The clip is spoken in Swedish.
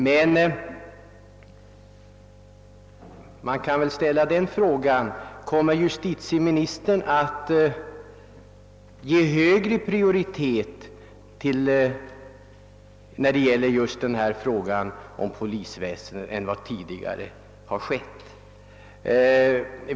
Men man kan väl ändå ställa den frågan, om justitieministern avser att ge högre prioritet åt polisväsendet än vad som tidigare skett.